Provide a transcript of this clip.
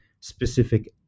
specific